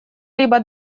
либо